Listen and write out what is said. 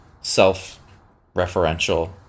self-referential